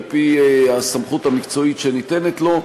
על-פי הסמכות המקצועית שניתנת לו,